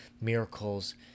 miracles